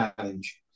Challenge